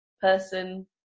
person